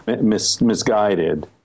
misguided